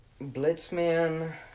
Blitzman